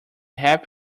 happy